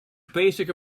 basic